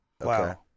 Wow